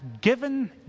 given